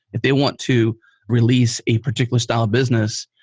if they want to release a particular style of business,